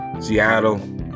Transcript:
Seattle